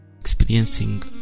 Experiencing